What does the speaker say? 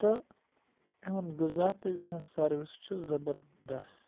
تہٕ یِہُنٛد غذا تہٕ یِہٕنٛز سٔروِس چھِ زبردس